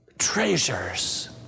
treasures